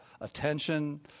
attention